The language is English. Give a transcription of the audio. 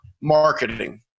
marketing